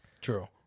true